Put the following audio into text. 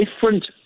different